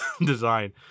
design